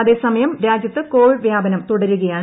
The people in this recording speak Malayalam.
അതേസമയം രാജ്യത്ത് കോവിഡ് വ്യാപനം തുടരുകയാണ്